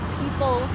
people